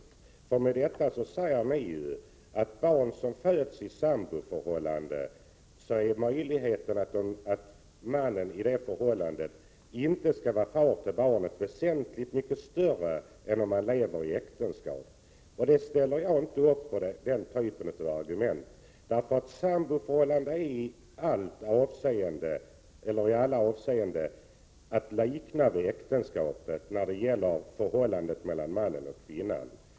I och med detta måste ni ju mena att risken för att mannen i ett samboförhållande inte skulle vara far till barnet är väsentligt mycket större än när det gäller mannen i ett äktenskap. Den typen av argument ställer jag mig inte bakom, eftersom samboförhållanden i alla avseenden är att likna vid äktenskap när det gäller förhållandet mellan mannen och kvinnan.